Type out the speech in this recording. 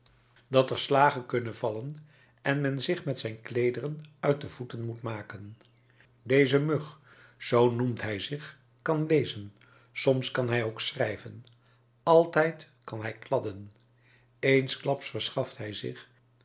dat er slagen kunnen vallen en men zich met zijn kleederen uit de voeten moet maken deze mug zoo noemt hij zich kan lezen soms kan hij ook schrijven altijd kan hij kladden eensklaps verschaft hij zich